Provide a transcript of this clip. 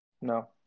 No